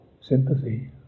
sympathy